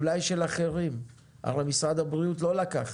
אולי של אחרים, הרי משרד הבריאות לא לקח,